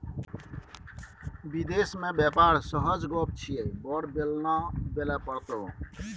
विदेश मे बेपार सहज गप छियै बड़ बेलना बेलय पड़तौ